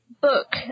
book